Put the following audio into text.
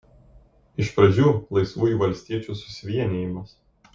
iš pradžių laisvųjų valstiečių susivienijimas